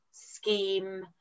scheme